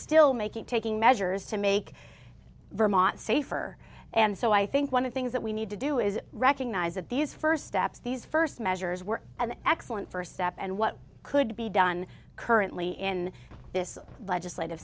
still making taking measures to make vermont safer and so i think one of things that we need to do is recognize that these first steps these first measures were an excellent first step and what could be done currently in this legislative